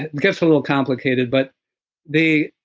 it gets a little complicated. but the